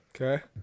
Okay